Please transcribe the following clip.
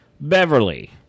Beverly